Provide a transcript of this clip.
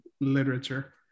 literature